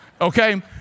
Okay